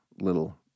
little